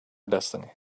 destiny